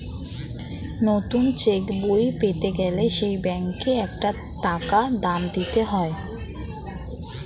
নতুন চেক বই পেতে গেলে সেই ব্যাংকে একটা টাকা দাম দিতে হয়